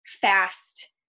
fast